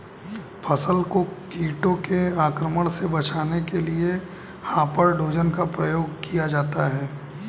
फसल को कीटों के आक्रमण से बचाने के लिए हॉपर डोजर का प्रयोग किया जाता है